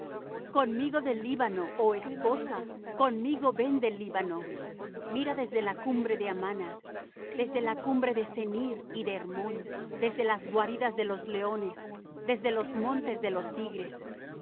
conmigo del líbano oh esposa conmigo ven del líbano mira desde la cumbre de amana desde la cumbre de senir y de hermón desde las guaridas de los leones desde los montes de los tigres